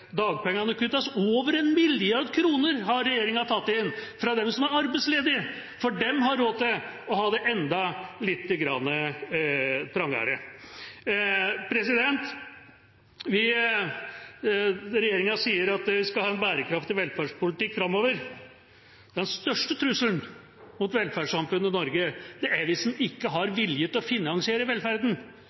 dagpengene kuttes. Over en milliard kroner har regjeringa tatt inn fra dem som er arbeidsledige, for de har råd til å ha det enda litt trangere. Regjeringa sier at den skal føre en bærekraftig velferdspolitikk framover. Den største trusselen mot velferdssamfunnet i Norge er hvis man ikke har vilje til å finansiere velferden.